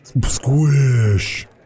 Squish